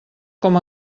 com